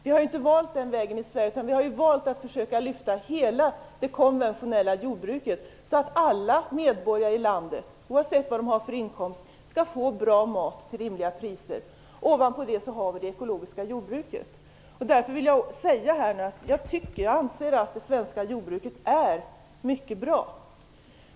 Vi har inte valt den vägen i Sverige, utan vi har valt att försöka lyfta hela det konventionella jordbruket, så att alla medborgare i landet, oavsett vilken inkomst de har, skall få bra mat till rimliga priser. Ovanpå det har vi det ekologiska jordbruket. Därför vill jag säga att jag anser att det svenska jordbruket är mycket bra.